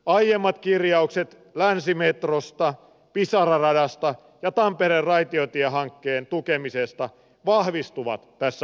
aiemmat kirjaukset länsimetrosta pisara radasta ja tampereen raitiotiehankkeen tukemisesta vahvistuvat tässä hallitusohjelmassa